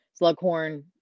Slughorn